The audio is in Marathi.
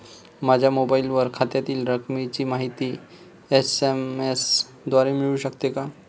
माझ्या मोबाईलवर खात्यातील रकमेची माहिती एस.एम.एस द्वारे मिळू शकते का?